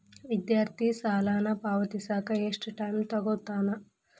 ವಿದ್ಯಾರ್ಥಿ ಸಾಲನ ಪಾವತಿಸಕ ಎಷ್ಟು ಟೈಮ್ ತೊಗೋತನ